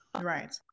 Right